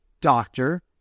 doctor